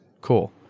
cool